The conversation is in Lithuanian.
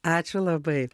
ačiū labai